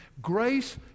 Grace